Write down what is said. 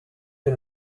you